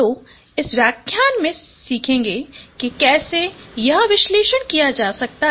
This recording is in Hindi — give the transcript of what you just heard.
तो हम इस व्याख्यान में सीखेंगे कि कैसे यह विश्लेषण किया जा सकता है